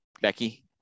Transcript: Becky